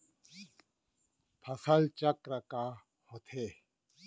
फसल चक्र का होथे?